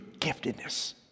giftedness